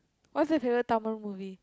what's your favourite Tamil movie